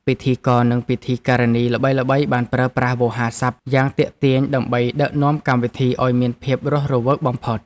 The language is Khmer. ពិធីករនិងពិធីការិនីល្បីៗបានប្រើប្រាស់វោហារស័ព្ទយ៉ាងទាក់ទាញ ដើម្បីដឹកនាំកម្មវិធីឱ្យមានភាពរស់រវើកបំផុត។